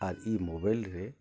ଆର୍ E ମୋବାଇଲ୍ରେ